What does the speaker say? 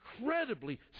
incredibly